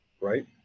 right